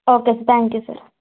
okay sir thank you sir